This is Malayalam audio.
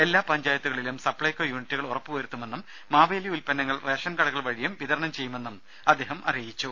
എല്ലാ പഞ്ചായത്തുകളിലും സപ്പൈകോ യൂണിറ്റുകൾ ഉറപ്പ് വരുത്തുമെന്നും മാവേലി ഉൽപ്പന്നങ്ങൾ റേഷൻ കടകൾ വഴിയും വിതരണം ചെയ്യുമെന്നും അദ്ദേഹം അറിയിച്ചു